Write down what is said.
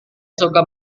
suka